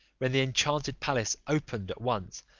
when the enchanted palace opened at once,